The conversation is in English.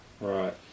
right